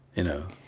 you know